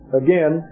again